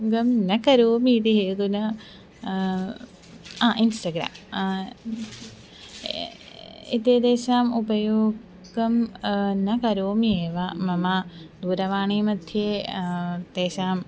किं न करोमि इति हेतुना अ इन्स्टग्राम् एतेषाम् उपयोगं न करोमि एव मम दूरवाणी मध्ये तेषाम्